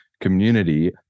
community